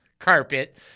carpet